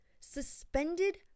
Suspended